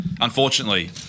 Unfortunately